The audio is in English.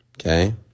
Okay